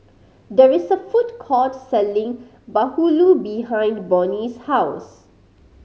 there is a food court selling bahulu behind Bonny's house